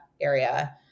area